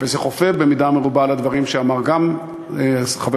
וזה חופף במידה מרובה את הדברים שאמרו גם חבר